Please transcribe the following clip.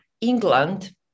England